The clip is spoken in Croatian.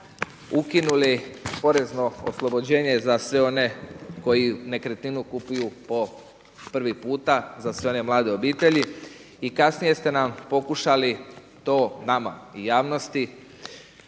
ukinuli porezno oslobođenje za sve one koji nekretninu kupuju po prvi puta, za sve one mlade obitelji, i kasnije ste nam pokušali to nama i javnosti